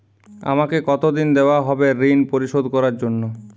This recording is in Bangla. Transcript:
আমাকে কতদিন দেওয়া হবে ৠণ পরিশোধ করার জন্য?